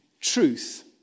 truth